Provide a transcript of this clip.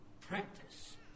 practice